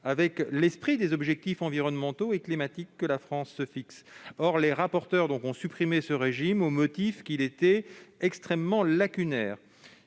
avec l'esprit des objectifs environnementaux et climatiques que la France se fixe. Or les rapporteurs ont supprimé ce régime, au motif qu'il était « extrêmement lacunaire